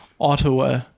Ottawa